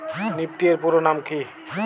Nifty এর পুরোনাম কী?